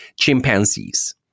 chimpanzees